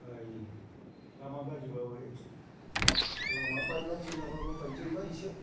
ऐ लामा गाज्रि बाबो लामा बायलाय जिलाबाबो बाइकजोंबा एसे